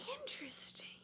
Interesting